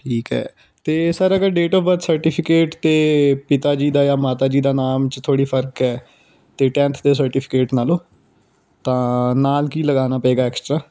ਠੀਕ ਹੈ ਅਤੇ ਸਰ ਅਗਰ ਡੇਟ ਆਫ ਬਰਥ ਸਰਟੀਫਿਕੇਟ 'ਤੇ ਪਿਤਾ ਜੀ ਦਾ ਜਾਂ ਮਾਤਾ ਜੀ ਦਾ ਨਾਮ 'ਚ ਥੋੜ੍ਹੀ ਫ਼ਰਕ ਹੈ ਅਤੇ ਟੈਂਥ ਦੇ ਸਰਟੀਫਿਕੇਟ ਨਾਲੋਂ ਤਾਂ ਨਾਲ ਕੀ ਲਗਾਉਣਾ ਪਵੇਗਾ ਐਕਸਟਰਾ